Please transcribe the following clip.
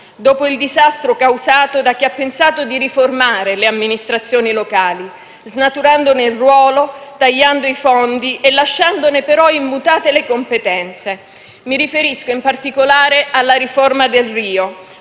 dopo il disastro causato da chi ha pensato di riformare le amministrazioni locali, snaturandone il ruolo, tagliando i fondi e lasciandone però immutate le competenze. Mi riferisco, in particolare, alla riforma Delrio,